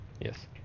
Yes